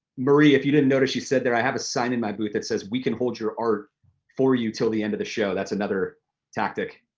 marie, if you didn't notice, she said there, i have a sign in my boot that says we can hold your art for you till the end of the show. that's another tactic.